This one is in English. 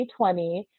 2020